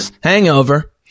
Hangover